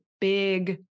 big